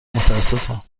متاسفم